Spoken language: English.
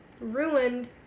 ruined